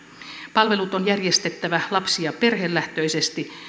palvelut on järjestettävä lapsi ja perhelähtöisesti